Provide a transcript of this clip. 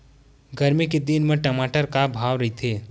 गरमी के दिन म टमाटर का भाव रहिथे?